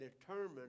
determined